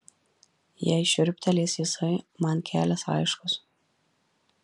jei šiurptelės jisai man kelias aiškus